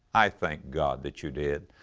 i thank god that you did.